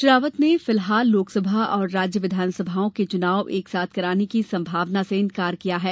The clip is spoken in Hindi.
श्री रावत ने फिलहाल लोकसभा और राज्य विघानसभाओं के चुनाव एकसाथ कराने की संभावना से इंकार किया है